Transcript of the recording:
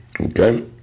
Okay